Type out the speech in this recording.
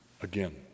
again